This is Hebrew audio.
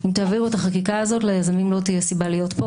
אם תעבירו את החקיקה הזאת ליזמים לא תהיה סיבה להיות פה,